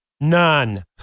None